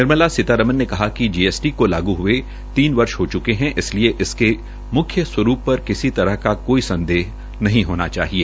निर्मला सीतारमन ने कहा कि जीएसटी को लागू हये तीन वर्ष हो चुके है इसलिए मुख्य स्वरूप पर किसी तरह का कोई संदेह नहीं होना चाहिए